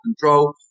control